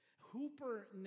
Hooper